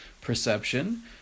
perception